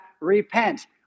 repent